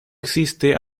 existe